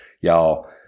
y'all